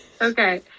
Okay